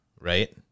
Right